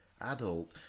adult